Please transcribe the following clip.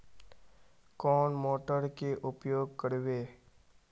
कौन मोटर के उपयोग करवे?